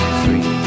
Three